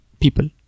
people